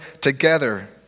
together